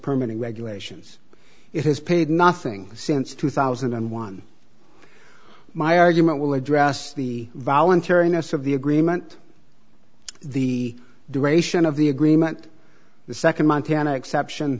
permanent regulations it has paid nothing since two thousand and one my argument will address the voluntary ness of the agreement the duration of the agreement the nd montana exception